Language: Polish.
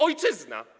Ojczyzna!